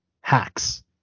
Hacks